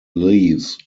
leaves